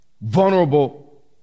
vulnerable